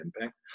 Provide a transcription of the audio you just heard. impact